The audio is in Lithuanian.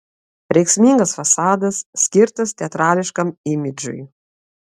rėksmingas fasadas skirtas teatrališkam imidžui